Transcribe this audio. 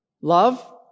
Love